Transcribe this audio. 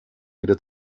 wieder